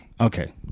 Okay